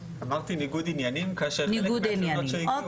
אמרתי ניגוד עניינים כאשר חלק מהתלונות שהגיעו